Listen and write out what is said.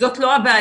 זאת לא הבעיה,